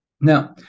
Now